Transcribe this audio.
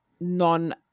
Non